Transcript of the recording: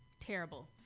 terrible